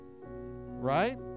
Right